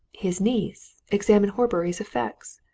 his niece, examine horbury's effects?